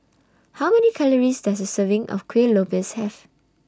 How Many Calories Does A Serving of Kueh Lopes Have